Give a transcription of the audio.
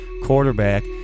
quarterback